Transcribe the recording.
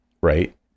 Right